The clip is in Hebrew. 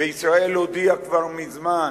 וישראל הודיעה כבר מזמן